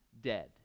dead